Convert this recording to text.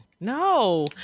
No